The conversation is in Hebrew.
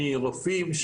מרופאים,